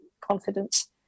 confidence